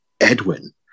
Edwin